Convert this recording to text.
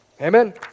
amen